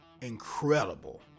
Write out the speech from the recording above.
incredible